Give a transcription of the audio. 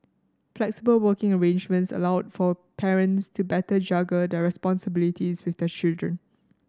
flexible working arrangements allowed for parents to better juggle their responsibilities with their children